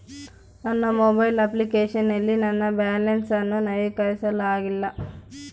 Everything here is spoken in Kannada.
ನನ್ನ ಮೊಬೈಲ್ ಅಪ್ಲಿಕೇಶನ್ ನಲ್ಲಿ ನನ್ನ ಬ್ಯಾಲೆನ್ಸ್ ಅನ್ನು ನವೀಕರಿಸಲಾಗಿಲ್ಲ